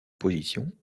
positions